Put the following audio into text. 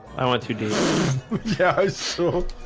i want to do yeah, so